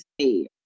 stay